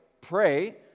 Pray